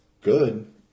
good